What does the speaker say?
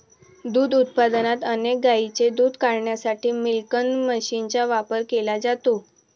दूध उत्पादनात अनेक गायींचे दूध काढण्यासाठी मिल्किंग मशीनचा वापर केला जातो